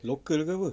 local ke apa